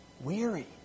weary